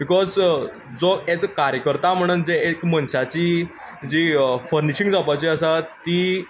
because जो as a कार्यकर्ता म्हूण जे एक मनशाची जी फर्निशींग जावपाची आसा ती